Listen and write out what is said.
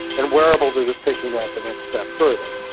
and wearables are just taking that the next step further.